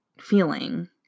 feeling